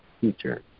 future